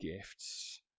gifts